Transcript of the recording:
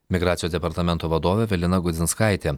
migracijos departamento vadovė evelina gudzinskaitė